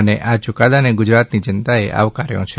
અને આ યુકાદાને ગુજરાતની જનતાએ આવકાર્યો છે